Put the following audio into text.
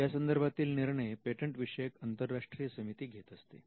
यासंदर्भातील निर्णय पेटंट विषयक अंतरराष्ट्रीय समिती घेत असते